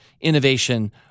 innovation